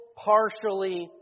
partially